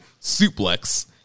suplex